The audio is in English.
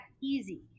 easy